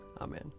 Amen